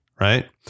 Right